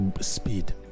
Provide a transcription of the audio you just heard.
speed